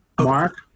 Mark